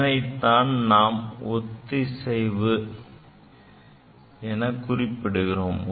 இதனைத்தான் நாம் ஒத்திசைவு என குறிப்பிடுகிறோம்